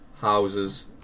houses